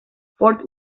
fort